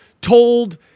told